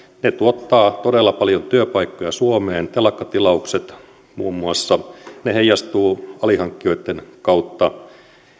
ne tuottavat todella paljon työpaikkoja suomeen telakkatilaukset muun muassa ne heijastuvat alihankkijoitten kautta